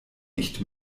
nicht